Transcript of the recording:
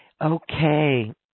Okay